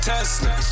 Tesla